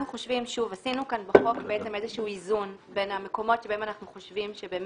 עשינו כאן בחוק איזון בין המקומות שבהם אנחנו חושבים שעל